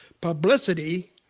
publicity